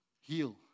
heal